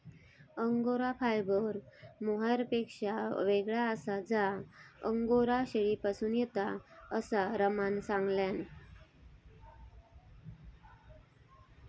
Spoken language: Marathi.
अंगोरा फायबर मोहायरपेक्षा येगळा आसा जा अंगोरा शेळीपासून येता, असा रम्यान सांगल्यान